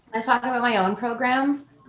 i talk about my own programs?